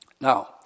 Now